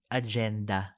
agenda